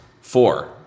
Four